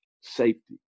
safety